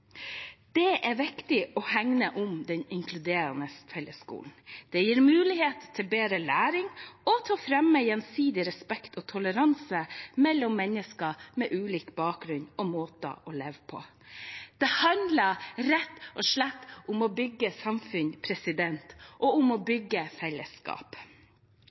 Det er viktig å hegne om den inkluderende fellesskolen. Det gir mulighet til bedre læring og til å fremme gjensidig respekt og toleranse mellom mennesker med ulik bakgrunn og ulike måter å leve på. Det handler rett og slett om å bygge samfunn og om å bygge fellesskap.